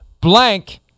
Blank